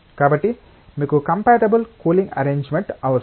కాబట్టి మీకు compatible cooling arrangement అవసరం